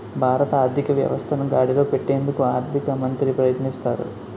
భారత ఆర్థిక వ్యవస్థను గాడిలో పెట్టేందుకు ఆర్థిక మంత్రి ప్రయత్నిస్తారు